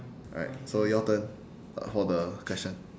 alright so your turn uh for the question